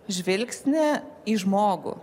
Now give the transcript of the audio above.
žvilgsnį į žmogų